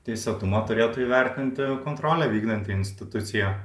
teisėtumą turėtų įvertinti kontrolę vykdanti institucija